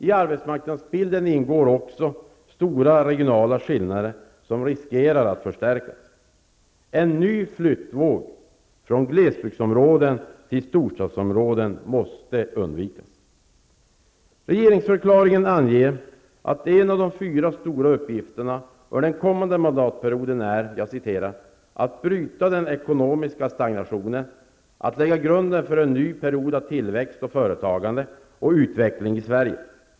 I arbetsmarknadsbilden ingår också stora regionala skillnader, som riskerar att förstärkas. En ny flyttvåg från glesbygdsområden till storstadsområden måste undvikas. Regeringsförklaringen anger att en av de fyra stora uppgifterna under den kommande mandatperioden är ''att bryta den ekonomiska stagnationen och att lägga grunden för en ny period av tillväxt, företagande och utveckling i Sverige''.